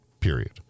Period